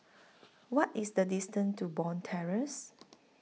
What IS The distance to Bond Terrace